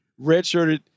redshirted